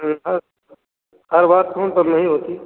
हर बार का हर बात कौन सब नहीं होती